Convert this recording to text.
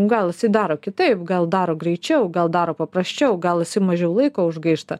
gal jisai daro kitaip gal daro greičiau gal daro paprasčiau gal jisai mažiau laiko užgaišta